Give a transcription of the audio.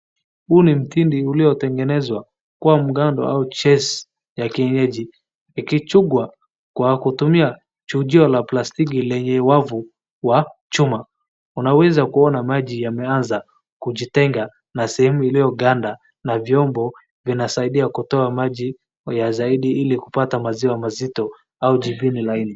Huu ni mtindi uliotengenezwa kuwa mgando au ches ya kienyeji, ikichugwa kwa kutumia chujio la plastiki lenye wavu wa chuma, unaweza kuona maji yameanza kujitenga na sehemu iliyoganda na vyombo vinasaidia kutoa maji ya zaidi ili kupata maziwa mazito au jivini laini.